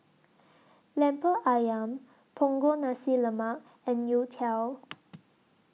Lemper Ayam Punggol Nasi Lemak and Youtiao